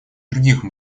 других